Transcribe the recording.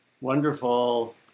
wonderful